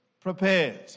prepared